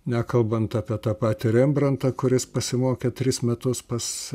nekalbant apie tą patį rembrantą kuris pasimokė tris metus pas